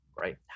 right